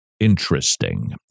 Interesting